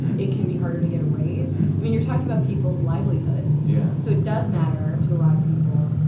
it can be harder to get a raise. i mean, you're talking about people's livelihoods yeah so it does matter to a lot of people.